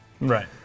Right